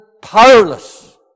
powerless